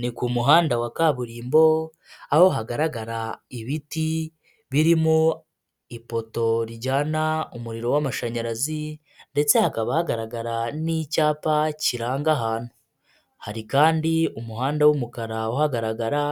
Ni ku muhanda wa kaburimbo aho hagaragara ibiti birimo ipoto rijyana umuriro w'amashanyarazi ndetse hakaba hagaragara n'icyapa kiranga ahantu, hari kandi umuhanda w'umukara uhagaragara